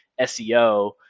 SEO